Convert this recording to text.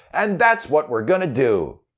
and that's what we're gonna do!